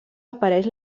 apareix